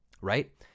right